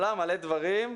הרבה דברים,